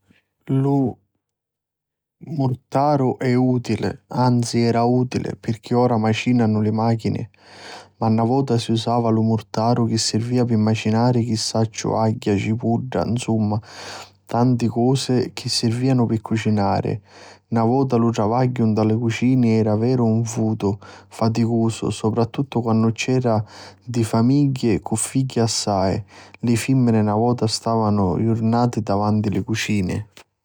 Lu murtaru è utili, anzi era utili, pirchì ora macinanu li machini ma na vota si usava lu murtaru chi sirvia pi macinari chi sacciu agghia, cipudda, nsumma tanti cosi chi sirvianu pi cucinari. Na vota lu travagghiu nta lu cucini era pi veru nfutu, faticusu soprattuttu quannu c'eranu ddi famigghi cu figghi assai, li fimmini na vota stavanu jurnati davanti li cucini.